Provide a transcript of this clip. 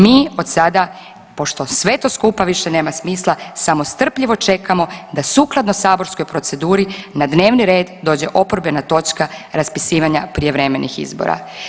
Mi od sada pošto sve to skupa više nema smisla samo strpljivo čekamo da sukladno saborskoj proceduri na dnevni red dođe oporbena točka raspisivanja prijevremenih izbora.